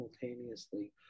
simultaneously